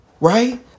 Right